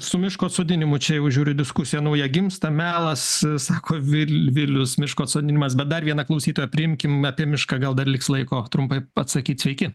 su miško atsodinimu čia jau žiūriu diskusija nauja gimsta melas sako vil vilius miško atsodinimas bet dar viena klausytoja priimkim apie mišką gal dar liks laiko trumpai atsakyt sveiki